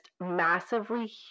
massively